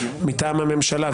מטעם הממשלה,